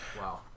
Wow